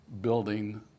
building